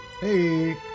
Hey